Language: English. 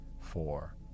four